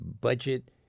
budget